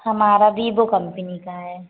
हमारा बिबो कंपनी का है